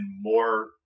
more